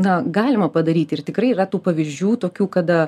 na galima padaryti ir tikrai yra tų pavyzdžių tokių kada